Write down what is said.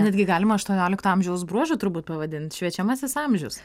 netgi galima aštuoniolikto amžiaus bruožu turbūt pavadint šviečiamasis amžius